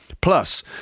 Plus